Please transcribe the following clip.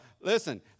Listen